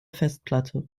festplatte